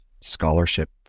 scholarship